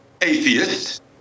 atheist